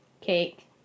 cake